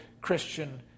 Christian